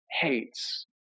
hates